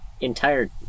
entire